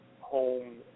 home